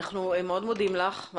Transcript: אנחנו מאוד מודים לך.